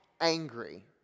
angry